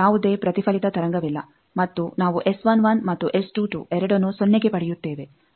ಯಾವುದೇ ಪ್ರತಿಫಲಿತ ತರಂಗವಿಲ್ಲ ಮತ್ತು ನಾವು ಮತ್ತು ಎರಡನ್ನೂ ಸೊನ್ನೆಗೆ ಪಡೆಯುತ್ತೇವೆ